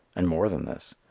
and more than this.